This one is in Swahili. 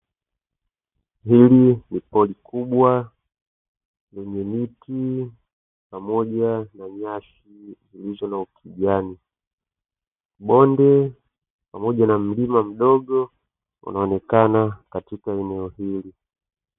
Hili ni pori kubwa lenye miti pamoja na nyasi zilizo na ukijani. Bonde pamoja na mlima mdogo unaonekana katika eneo hili.